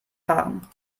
fahren